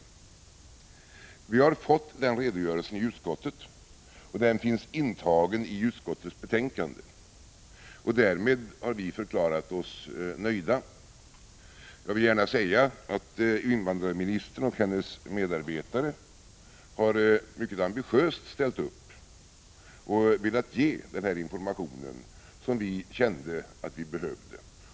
Vi har fått den redogörelsen i utskottet, och den finns intagen i utskottets betänkande. Därmed har vi förklarat oss nöjda. Jag vill gärna säga att invandrarministern och hennes medarbetare mycket ambitiöst har ställt upp och velat ge denna information, som vi kände att vi behövde.